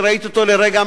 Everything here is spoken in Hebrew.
שראיתי אותו לרגע,